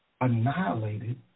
annihilated